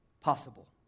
possible